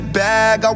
bag